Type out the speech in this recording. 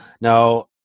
now